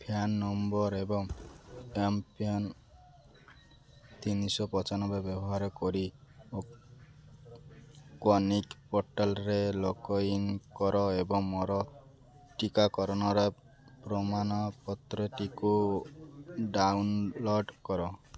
phone number ଏବଂ MPIN ତିନିଶହ ପାଞ୍ଚାନବେ ବ୍ୟବହାର କରି କୋୱିନ୍ ପୋର୍ଟାଲ୍ରେ ଲଗ୍ଇନ୍ କର ଏବଂ ମୋର ଟିକାକରଣର ପ୍ରମାଣପତ୍ରଟିକୁ ଡାଉନଲୋଡ଼୍ କର